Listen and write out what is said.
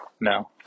No